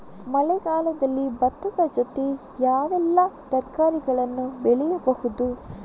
ಮಳೆಗಾಲದಲ್ಲಿ ಭತ್ತದ ಜೊತೆ ಯಾವೆಲ್ಲಾ ತರಕಾರಿಗಳನ್ನು ಬೆಳೆಯಬಹುದು?